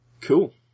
Cool